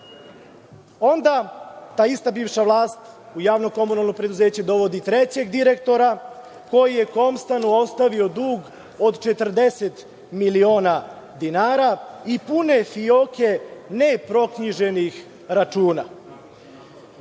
Onda ta ista bivša vlast u javno komunalno preduzeće uvodi trećeg direktora koji je ostavio dug od 40 miliona dinara i pune fioke ne proknjiženih računa. Jedino